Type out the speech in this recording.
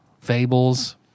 fables